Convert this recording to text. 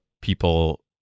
people